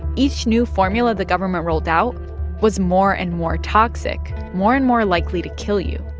each new formula the government rolled out was more and more toxic, more and more likely to kill you.